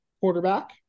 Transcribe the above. quarterback